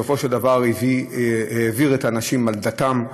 בסופו של דבר הוא העביר אנשים על דתם,